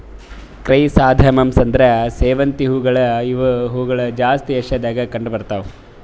chrysanthemums ಅಂದುರ್ ಸೇವಂತಿಗೆ ಹೂವುಗೊಳ್ ಇವು ಹೂಗೊಳ್ ಜಾಸ್ತಿ ಏಷ್ಯಾದಾಗ್ ಕಂಡ್ ಬರ್ತಾವ್